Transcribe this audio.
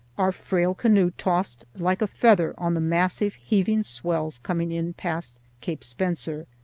our frail canoe tossed like a feather on the massive heaving swells coming in past cape spenser.